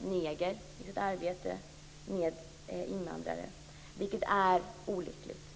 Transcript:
neger i sitt arbete med invandrare, vilket är olyckligt.